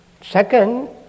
Second